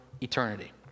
eternity